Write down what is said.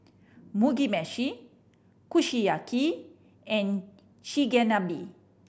Mugi Meshi Kushiyaki and Chigenabe